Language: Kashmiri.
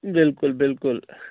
بلکُل بلکُل